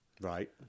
Right